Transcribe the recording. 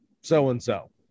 so-and-so